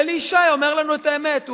אלי ישי אומר לנו את האמת.